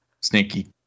sneaky